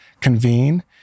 convene